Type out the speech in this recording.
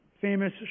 famous